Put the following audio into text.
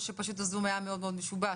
או שפשוט הזום היה מאוד מאוד משובש.